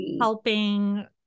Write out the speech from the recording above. helping